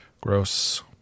Gross